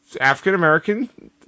African-American